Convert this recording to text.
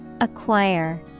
Acquire